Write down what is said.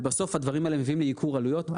ובסוף הדברים האלה מביאים לייקור עלויות.